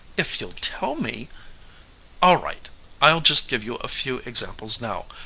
if you'll tell me all right i'll just give you a few examples now.